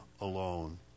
alone